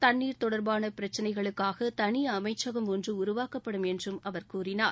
தண்ணீர் தொடர்பான பிரச்சனைகளுக்காக தனி அமைச்சகம் ஒன்று உருவாக்கப்படும் என்று அவர் கூறினார்